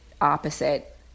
opposite